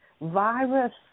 virus